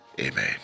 Amen